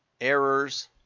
errors